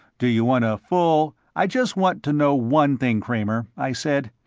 do you want a full. i just want to know one thing, kramer, i said.